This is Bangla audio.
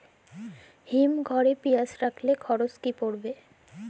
হিম ঘরে পেঁয়াজ রাখলে খরচ কি পড়বে?